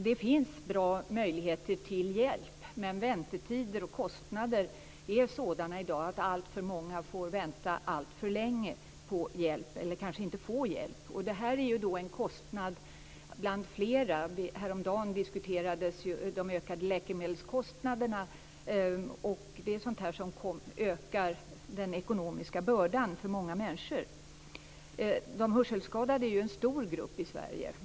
Det finns bra möjligheter till hjälp, men väntetider och kostnader är sådana i dag att alltför många får vänta alltför länge på hjälp eller kanske inte får någon hjälp. Detta är en kostnad bland flera - häromdagen diskuteras ju de ökade läkemedelskostnaderna - och det är sådant här som ökar den ekonomiska bördan för många människor. De hörselskadade är en stor grupp i Sverige.